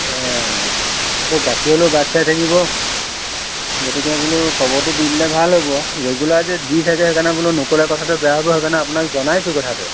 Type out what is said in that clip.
এ আকৌ গাখীৰলৈ বাট চাই থাকিব গতিকে বোলো খবৰটো দি দিলে ভাল হ'ব ৰেগুলাৰ যে দি থাকে সেইকাৰণে বোলো নক'লে কথাটো বেয়া হ'ব সেইকাৰণে আপোনাক জনাইছোঁ কথাটো